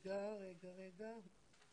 בתחום בריאות הנפש עלה בישיבה החגיגית שקיימה הכנסת